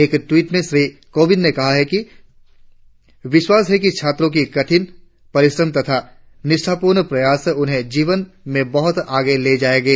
एक ट्वीट में श्री कोविंद ने कहा कि विश्वास है कि छात्रों का कठिन और एकाग्रचित्त परिश्रम तथा निष्ठापूर्ण प्रयास उन्हें जीवन में बहुत आगे ले जाएंगे